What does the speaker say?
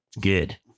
Good